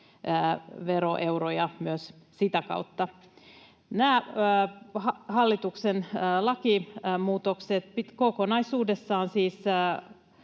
veroeuroja. Nämä hallituksen lakimuutokset kokonaisuudessaan